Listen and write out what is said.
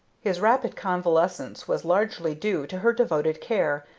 his rapid convalescence was largely due to her devoted care,